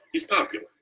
he's popular,